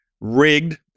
rigged